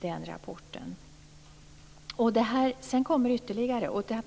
Sedan kommer det ytterligare rapporter.